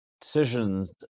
decisions